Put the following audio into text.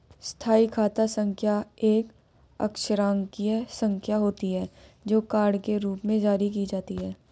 स्थायी खाता संख्या एक अक्षरांकीय संख्या होती है, जो कार्ड के रूप में जारी की जाती है